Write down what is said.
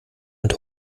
mit